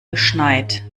geschneit